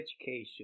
education